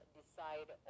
decide